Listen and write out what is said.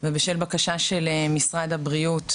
ובשל בקשה של משרד הבריאות,